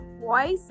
voice